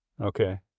Okay